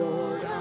Lord